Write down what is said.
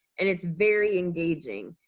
and it's very engaging.